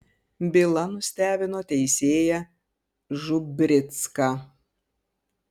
byla nustebino teisėją žubricką